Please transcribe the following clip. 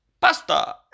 Pasta